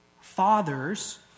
Fathers